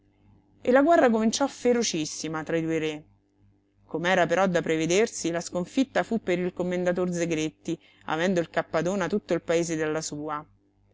e la guerra cominciò ferocissima tra i due re com'era però da prevedersi la sconfitta fu per il commendator zegretti avendo il cappadona tutto il paese dalla sua